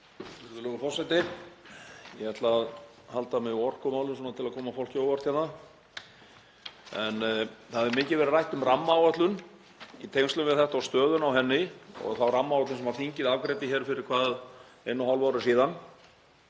Það hefur mikið verið rætt um rammaáætlun í tengslum við þetta og stöðuna á henni og þá rammaáætlun sem þingið afgreiddi hér fyrir einu og hálfu ári síðan